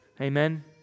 Amen